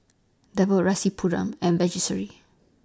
Devi Rasipuram and Verghese